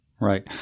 Right